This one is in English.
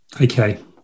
Okay